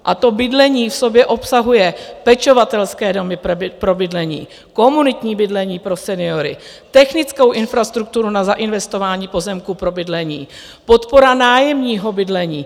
A to bydlení v sobě obsahuje pečovatelské domy pro bydlení, komunitní bydlení pro seniory, technickou infrastrukturu na zainvestování pozemků pro bydlení, podporu nájemního bydlení.